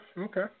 okay